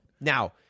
now